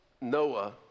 Noah